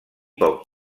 poc